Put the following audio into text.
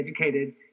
educated